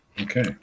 Okay